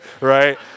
right